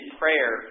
prayer